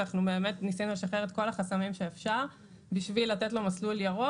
אנחנו באמת ניסינו לשחרר את כל החסמים שאפשר בשביל לתת לו מסלול ירוק.